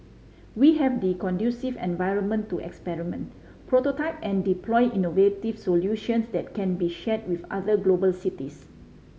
we have the conducive environment to experiment prototype and deploy innovative solutions that can be shared with other global cities